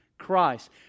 Christ